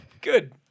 Good